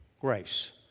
grace